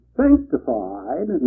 sanctified